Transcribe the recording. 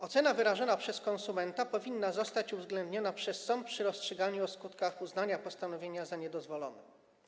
Ocena wyrażona przez konsumenta powinna zostać uwzględniona przez sąd przy rozstrzyganiu o skutkach uznania postanowienia za niedozwolone.